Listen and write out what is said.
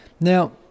Now